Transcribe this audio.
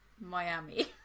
miami